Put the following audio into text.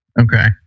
Okay